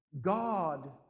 God